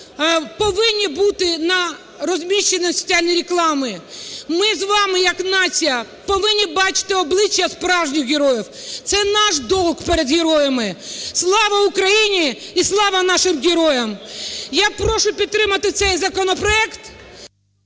повинні бути на розміщені в соціальній рекламі. Ми з вами як нація повинні бачити обличчя справжніх героїв, це наш долг перед героями. Слава Україні! І Слава нашим героям! Я прошу підтримати цей законопроект…